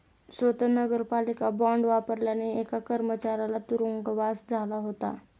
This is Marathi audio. स्वत नगरपालिका बॉंड वापरल्याने एका कर्मचाऱ्याला तुरुंगवास झाला होता